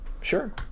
Sure